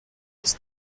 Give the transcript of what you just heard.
aus